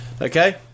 Okay